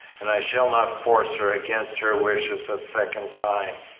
and i shall not force her against her wishes a second time.